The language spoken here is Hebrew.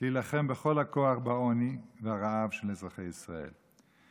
להילחם בכל הכוח בעוני וברעב של אזרחי ישראל.